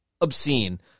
Obscene